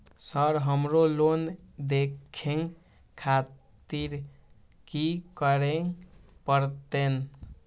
Sir हमरो loan देखें खातिर की करें परतें?